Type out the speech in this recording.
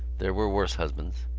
there were worse husbands.